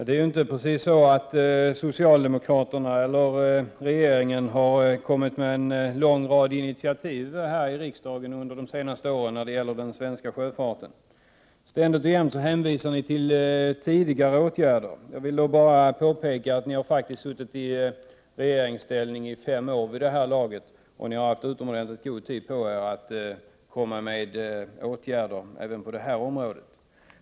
Fru talman! Socialdemokraterna och regeringen har ju inte precis kommit med en lång rad av initiativ här i riksdagen under de senaste åren när det gäller den svenska sjöfarten. Ni hänvisar jämt och ständigt till tidigare åtgärder. Jag vill då bara påpeka att ni vid det här laget faktiskt har suttit i regeringsställning i fem år och därför har haft utomordentligt god tid på er att komma med förslag till åtgärder även på detta område.